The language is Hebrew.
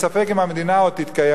ספק אם המדינה עוד תתקיים,